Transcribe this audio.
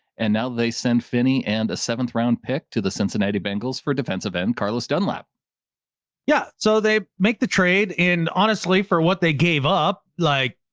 and now they send finney and a seventh round pick to the cincinnati bengals for defensive end, carlos dunlap. adam yeah. so they make the trade in, honestly, for what they gave up. like